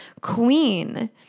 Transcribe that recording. queen